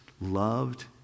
loved